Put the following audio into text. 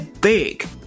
big